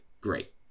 great